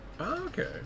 okay